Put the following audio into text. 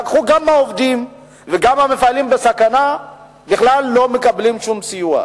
גם לקחו מהעובדים וגם מפעלים בסכנה בכלל לא מקבלים שום סיוע.